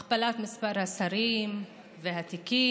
הכפלת מספר השרים והתיקים.